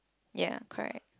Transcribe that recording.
ya correct